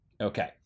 Okay